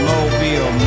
Mobile